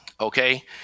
Okay